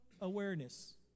awareness